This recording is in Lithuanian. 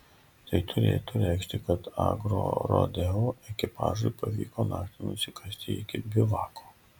tai turėtų reikšti kad agrorodeo ekipažui pavyko naktį nusikasti iki bivako